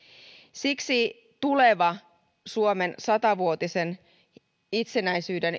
siksi suomen sata vuotisen itsenäisyyden